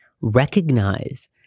recognize